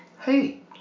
Hey